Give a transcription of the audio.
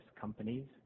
companies